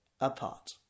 apart